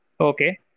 Okay